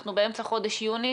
אנחנו באמצע חודש יוני